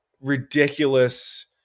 ridiculous